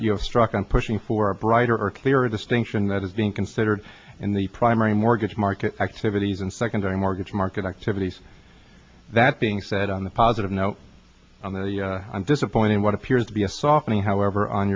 have struck on pushing for a brighter or clear distinction that is being considered in the primary mortgage market activities and secondary mortgage market activities that being said on the positive note i'm disappointed in what appears to be a softening however on